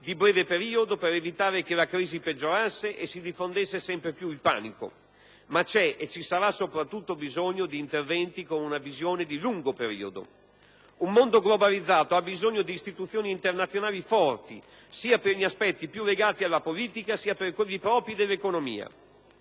di breve periodo per evitare che la crisi peggiorasse e si diffondesse sempre più il panico, ma c'è e ci sarà soprattutto bisogno di interventi con una visione di lungo periodo. Un mondo globalizzato ha bisogno di istituzioni internazionali forti, sia per gli aspetti più legati alla politica, sia per quelli propri dell'economia,